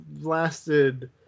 lasted